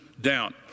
down